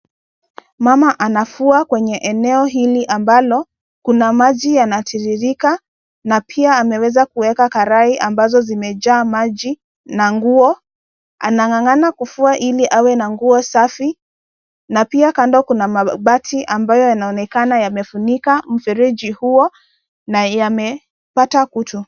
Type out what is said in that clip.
Mama anafua kwenye eneo hili ambalo kuna maji yanatiririka na pia ameweza kuweka karai ambazo zimejaa maji na nguo. Anangangana kufua ili awe na nguo safi na pia kando kuna mabati ambayo yanaonekana yamefunika mfereji huo na yamepata kutu.